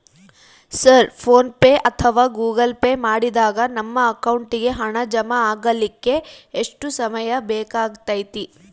Sir PhonePe ಅಥವಾ Google pay ಮಾಡಿದಾಗ ನಮ್ಮ ಅಕೌಂಟಿಗೆ ಹಣ ಜಮಾ ಆಗಲಿಕ್ಕೆ ಎಷ್ಟು ಸಮಯ ಬೇಕಾಗತೈತಿ?